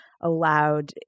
allowed